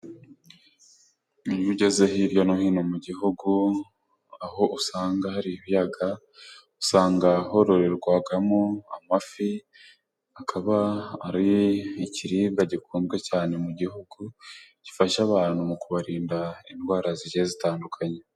Iyo ugeze hirya no hino mu gihugu, aho usanga hari ibiyaga usanga hororerwamo amafi, akaba ari ikiribwa gikunzwe cyane mu gihugu, gifasha abantu mu kubarinda indwara zigiye zitandukanye.